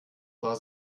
war